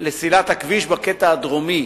לסלילת הכביש בקטע הדרומי